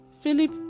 Philip